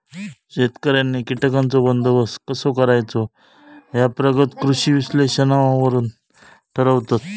शेतकऱ्यांनी कीटकांचो बंदोबस्त कसो करायचो ह्या प्रगत कृषी विश्लेषणावरसून ठरवतत